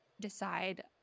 decide